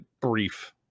brief